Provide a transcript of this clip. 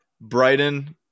Brighton